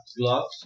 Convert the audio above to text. gloves